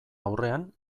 aurrean